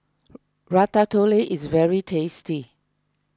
Ratatouille is very tasty